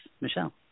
Michelle